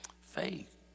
Faith